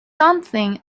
something